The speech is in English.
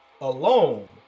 Alone